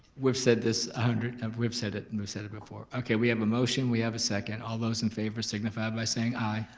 we've said this a hundred, and we've said it and we've said it before. okay we have a motion, we have a second, all those in favor signify by saying aye.